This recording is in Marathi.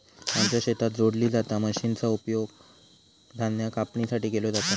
आमच्या शेतात जोडली जाता मशीनचा उपयोग धान्य कापणीसाठी केलो जाता